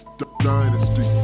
dynasty